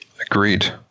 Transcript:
Agreed